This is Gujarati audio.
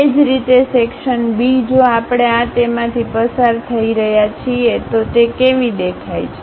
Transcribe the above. એ જ રીતે સેક્શન્ B જો આપણે આ તેમાંથી પસાર થઈ રહ્યાં છીએ તો તે કેવી દેખાય છે